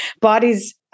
Bodies